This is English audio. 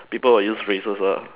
people will use phrases lah